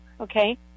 okay